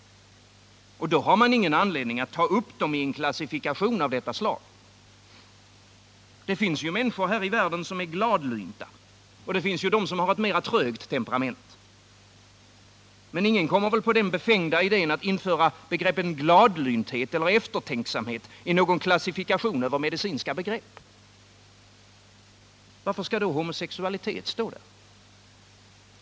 Då har man ingen anledning att ta upp dem i en klassifikation av detta slag. Det finns människor här i världen som är gladlynta, och det finns de som har ett mer trögt temperament. Men ingen kommer väl på den befängda idén att införa begreppen gladlynthet eller eftertänksamhet i någon klassifikation över medicinska begrepp. Varför skall då homosexualitet stå där?